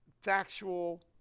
factual